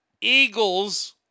eagles